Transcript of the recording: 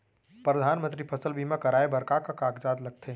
परधानमंतरी फसल बीमा कराये बर का का कागजात लगथे?